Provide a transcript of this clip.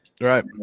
Right